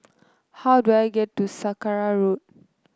how do I get to Saraca Road